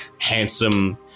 handsome